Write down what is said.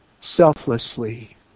selflessly